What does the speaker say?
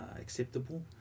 acceptable